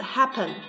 Happen